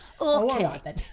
okay